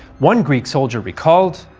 one greek soldier recalled